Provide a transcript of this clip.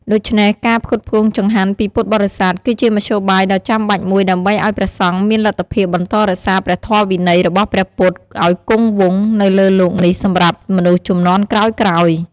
ដូច្នេះ ការផ្គត់ផ្គង់ចង្ហាន់ពីពុទ្ធបរិស័ទ គឺជាមធ្យោបាយដ៏ចាំបាច់មួយដើម្បីឲ្យព្រះសង្ឃមានលទ្ធភាពបន្តរក្សាព្រះធម៌វិន័យរបស់ព្រះពុទ្ធឲ្យគង់វង្សនៅលើលោកនេះសម្រាប់មនុស្សជំនាន់ក្រោយៗ។